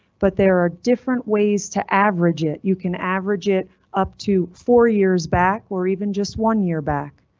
but there are different ways to average it. you can average it up to four years back, or even just one year back.